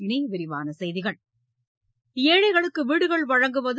இனி விரிவான செய்திகள் ஏழைகளுக்கு வீடுகள் வழங்குவது